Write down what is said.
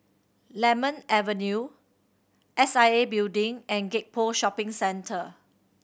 Lemon Avenue S I A Building and Gek Poh Shopping Centre